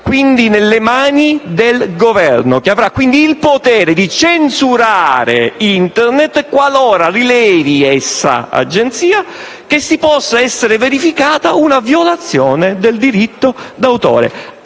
quindi nelle mani del Governo, che avrà pertanto il potere di censurare Internet qualora rilevi, essa agenzia, che si possa essere verificata una violazione del diritto d'autore.